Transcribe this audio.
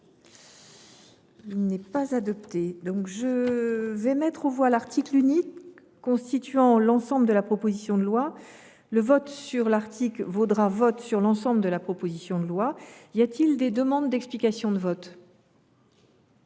1 rectifié. Je vais mettre aux voix l’article unique constituant l’ensemble de la proposition de loi. Je rappelle que le vote sur l’article vaudra vote sur l’ensemble de la proposition de loi. Y a t il des demandes d’explication de vote ?…